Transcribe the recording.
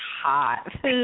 hot